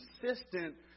consistent